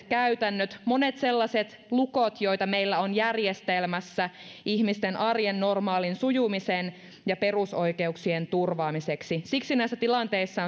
käytännöt monet sellaiset lukot joita meillä on järjestelmässä ihmisten arjen normaalin sujumisen ja perusoikeuksien turvaamiseksi siksi näissä tilanteissa